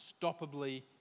unstoppably